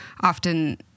often